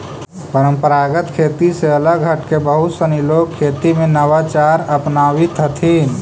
परम्परागत खेती से अलग हटके बहुत सनी लोग खेती में नवाचार अपनावित हथिन